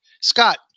Scott